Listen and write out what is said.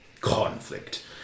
conflict